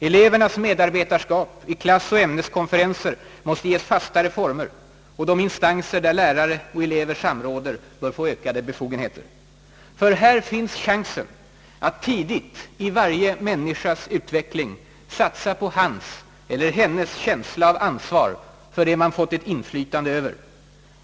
Elevernas medarbetarskap i klassoch ämneskonferenser måste ges fastare former, och de instanser där lärare och elever samråder bör få ökade befogenheter. Ty här finns chansen att tidigt i varje människas utveckling satsa på hans eller hennes känsla av ansvar för det man fått inflytande över.